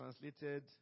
translated